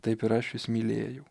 taip ir aš jus mylėjau